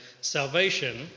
salvation